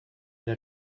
der